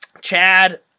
Chad